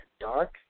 dark